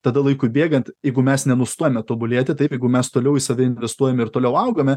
tada laikui bėgant jeigu mes nenustojame tobulėti taip jeigu mes toliau į save investuojame ir toliau augame